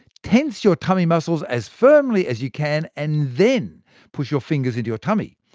tense your tummy muscles as firmly as you can, and then push your fingers into your tummy.